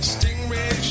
Stingray